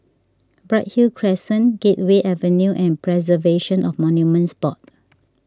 Bright Hill Crescent Gateway Avenue and Preservation of Monuments Board